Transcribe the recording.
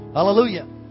Hallelujah